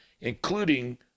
including